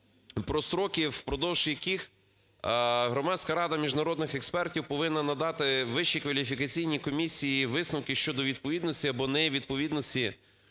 про строки впродовж яких Громадська рада міжнародних експертів повинна надати Вищій кваліфікаційній комісії висновки щодо відповідності або невідповідності